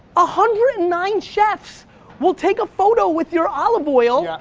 ah hundred and nine chefs will take a photo with your olive oil,